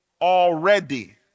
already